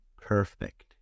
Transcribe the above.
perfect